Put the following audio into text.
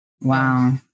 Wow